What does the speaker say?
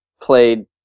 played